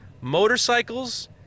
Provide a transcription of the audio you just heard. motorcycles